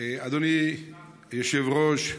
אדוני היושב-ראש,